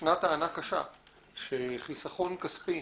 ישנה טענה קשה שחיסכון כספי